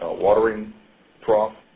watering trough.